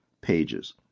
pages